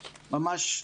ממש,